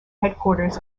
headquarters